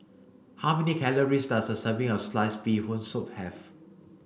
how many calories does a serving of sliced bee Hoon soup have